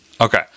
Okay